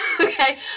Okay